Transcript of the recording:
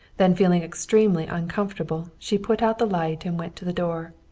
then feeling extremely uncomfortable she put out the light and went to the door.